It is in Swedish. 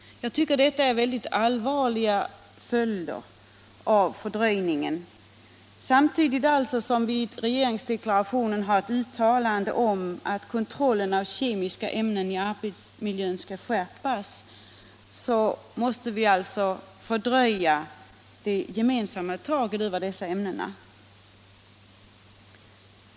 Om inrättande av Detta är, tycker jag, en allvarlig följd av fördröjningen. Fastän det eft centralt register i regeringsdeklarationen gjordes ett uttalande om att kontrollen av ke = över miljöfarliga miska ämnen i arbetsmiljön skall skärpas, försenas de gemensamma tagen = produkter över dessa ämnen.